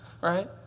right